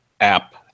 app